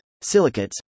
silicates